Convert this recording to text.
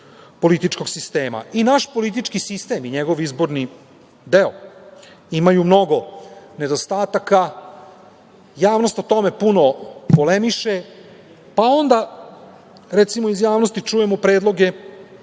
političkog sistema.I naš politički sistem i njegov izborni deo imaju mnogo nedostataka. Javnost o tome puno polemiše. Recimo, iz javnosti čujemo predloge